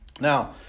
Now